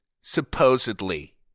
supposedly